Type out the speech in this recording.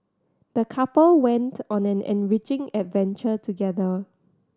the couple went on an enriching adventure together